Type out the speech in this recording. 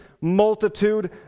multitude